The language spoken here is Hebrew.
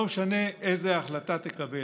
לא משנה איזו החלטה תקבל.